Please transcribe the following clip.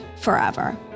forever